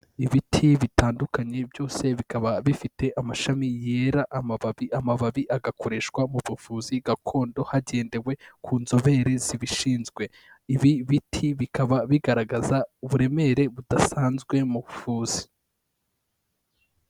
Ibiti bitandukanye byose bikaba bifite amashami yera amababi, amababi agakoreshwa mu buvuzi gakondo hagendewe ku nzobere zibishinzwe, ibi biti bikaba bigaragaza uburemere budasanzwe mu buvuzi.